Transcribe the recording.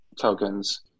tokens